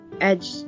Edge